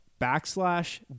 backslash